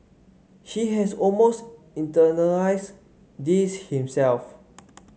he has almost internalised this himself